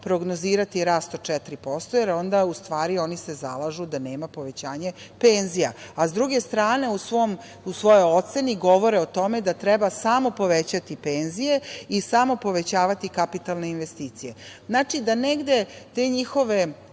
prognozirati rast od 4%, jer onda u stvari oni se zalažu da nema povećanja penzija, a sa druge strane, u svojoj oceni govore o tome da treba samo povećati penzije i samo povećavati kapitalne investicije. Znači da negde te njihove